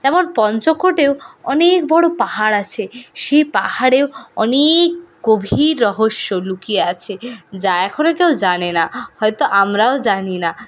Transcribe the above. তেমন পঞ্চকোটেও অনেক বড়ো পাহাড় আছে সেই পাহাড়েও অনেক গভীর রহস্য লুকিয়ে আছে যা এখনো কেউ জানে না হয়তো আমরাও জানি না